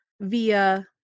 via